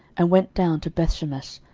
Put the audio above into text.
and went down to bethshemesh,